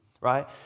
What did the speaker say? right